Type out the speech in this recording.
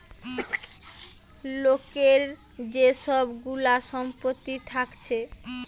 লোকের যে সব গুলা সম্পত্তি থাকছে